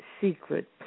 secret